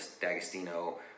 D'Agostino